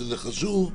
שזה חשוב,